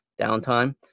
downtime